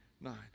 Nine